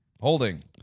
holding